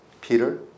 Peter